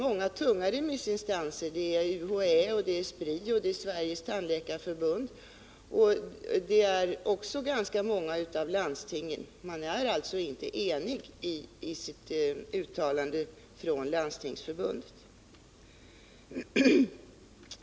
Många av dem är tunga: UHÄ, Spri, Sveriges tandläkarförbund. Där finns också ganska många av landstingen. Man är alltså inte enig i sitt uttalande från Landstingsförbundet.